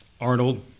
Arnold